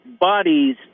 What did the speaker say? bodies